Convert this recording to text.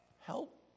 Help